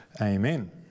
amen